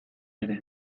ere